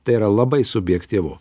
tai yra labai subjektyvu